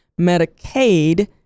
Medicaid